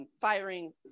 Firing